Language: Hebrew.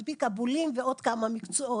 מדביק הבולים ועוד כמה מקצועות.